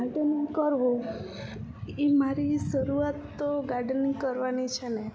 gardening કરવું એ મારી શરૂઆત તો ગાર્ડનિંગ કરવાની છે ને